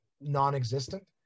non-existent